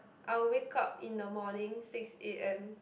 I would wake up in the morning six A_M